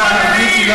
מיקי,